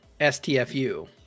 STFU